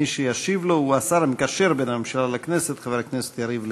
מי שישיב לו הוא השר המקשר בין הממשלה לכנסת חבר הכנסת יריב לוין.